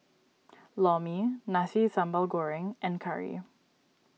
Lor Mee Nasi Sambal Goreng and Curry